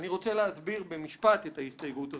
אני רוצה להסביר במשפט את ההסתייגות הזאת.